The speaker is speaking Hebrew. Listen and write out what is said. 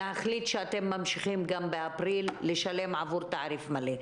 ומחליטים שאתם ממשיכים לשלם גם באפריל עבור תעריף מלא.